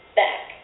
back